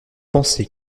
penser